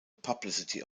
publicity